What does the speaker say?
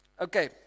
okay